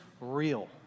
real